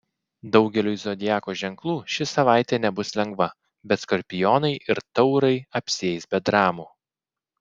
daugeliui zodiako ženklų ši savaitė nebus lengva bet skorpionai ir taurai apsieis be dramų